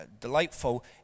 delightful